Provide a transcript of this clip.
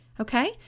Okay